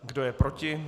Kdo je proti?